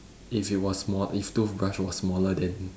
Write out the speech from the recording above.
if it was small if toothbrush was smaller then